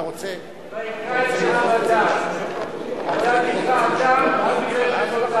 אדם נקרא אדם כי יש לו,